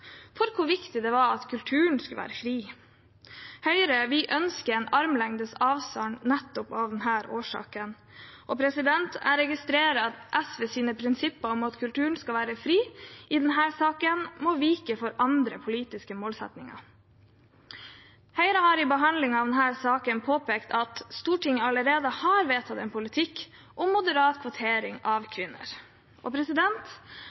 for hvor viktig det var at kulturen skulle være fri. Høyre ønsker en armlengdes avstand, nettopp av denne årsaken. Jeg registrerer at SVs prinsipper om at kulturen skal være fri, i denne saken må vike for andre politiske målsettinger. Høyre har i behandlingen av denne saken påpekt at Stortinget allerede har vedtatt en politikk om moderat kvotering av kvinner. Høyre har også presisert at Norsk filminstitutt allerede har en handlingsplan der målsettingen er femti-femti kvinner og